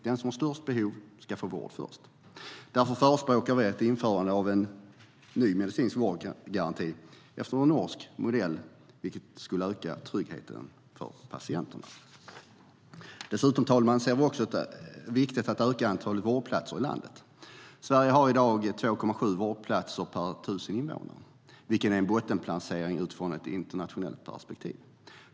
Den som har störst behov ska få vård först. Därför förespråkar vi ett införande av en ny medicinsk vårdgaranti efter norsk modell. Det skulle öka tryggheten för patienterna. Dessutom, herr talman, ser vi det som viktigt att öka antalet vårdplatser i landet. Sverige har i dag 2,7 vårdplatser per 1 000 invånare, vilket är en bottenplacering utifrån ett internationellt perspektiv.